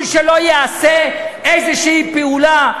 כדי שלא תיעשה איזו פעולה,